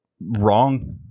wrong